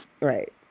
Right